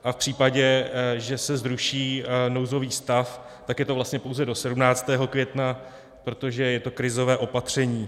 A v případě, že se zruší nouzový stav, tak je to vlastně pouze do 17. května, protože je to krizové opatření.